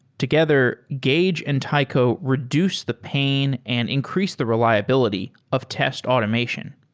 together, gauge and taiko reduce the pain and increase the reliability of test automation.